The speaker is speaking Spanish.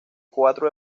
cuatro